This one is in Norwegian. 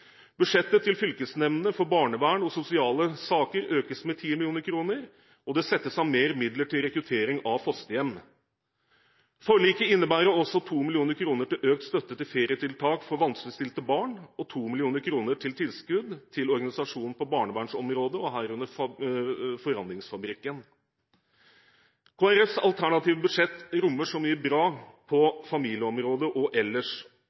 Budsjettet til fylkesnemndene for barnevern og sosiale saker økes med 10 mill. kr, og det settes av flere midler til rekruttering av fosterhjem. Forliket innebærer også 2 mill. kr til økt støtte til ferietiltak for vanskeligstilte barn og 2 mill. kr i tilskudd til en organisasjon på barnevernsområdet, herunder Forandringsfabrikken. Kristelig Folkepartis alternative budsjett rommer så mye bra på familieområdet og ellers.